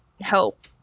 help